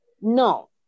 No